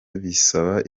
bisaba